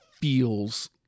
feels